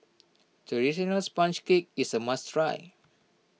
Traditional Sponge Cake is a must try